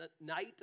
night